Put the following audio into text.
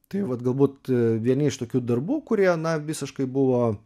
tai vat galbūt vieni iš tokių darbų kurie na visiškai buvo